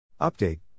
Update